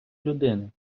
людини